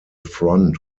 front